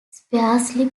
sparsely